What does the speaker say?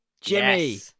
Jimmy